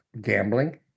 gambling